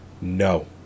No